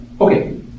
Okay